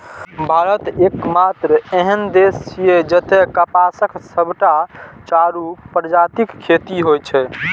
भारत एकमात्र एहन देश छियै, जतय कपासक सबटा चारू प्रजातिक खेती होइ छै